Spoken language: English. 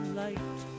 light